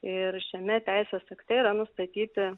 ir šiame teisės akte yra nustatyti